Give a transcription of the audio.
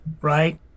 right